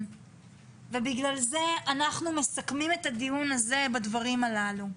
ובגלל זה אנחנו מסכמים את הדיון הזה בדברים הללו.